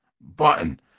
Button